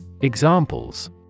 Examples